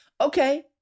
okay